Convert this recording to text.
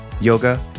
yoga